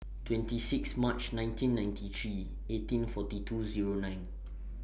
twenty six March nineteen ninety three eighteen forty two Zero nine